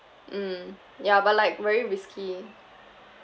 mm ya but like very risky